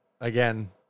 again